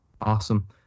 Awesome